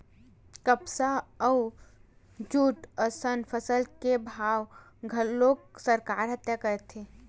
कपसा अउ जूट असन फसल के भाव घलोक सरकार ह तय करथे